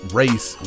race